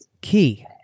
key